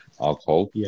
alcohol